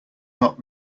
not